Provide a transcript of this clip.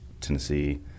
Tennessee